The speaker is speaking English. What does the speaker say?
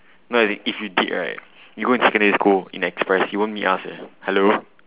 no as in if you did right you'll go in secondary school in express you won't meet us eh hello